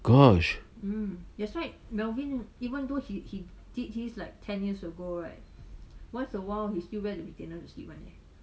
gosh